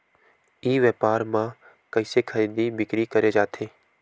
ई व्यापार म कइसे खरीदी बिक्री करे जाथे?